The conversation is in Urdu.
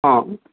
ہاں